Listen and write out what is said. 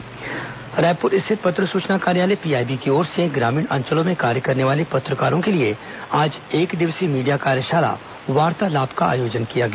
media कार्यशाला रायपुर स्थित पत्र सुचना कार्यालय पीआईबी की ओर से ग्रामीण अंचलों में कार्य करने वाले पत्रकारों के लिए आज एकदिवसीय मीडिया कार्यशाला वार्तालाप का आयोजन किया गया